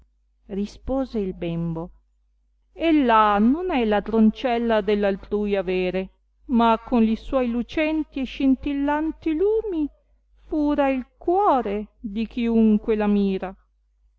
rispose il bembo ella non è ladroncella dell'altrui avere ma con li suoi lucenti e scintillanti lumi fura il cuore di chiunque la mira